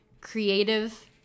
creative